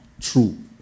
true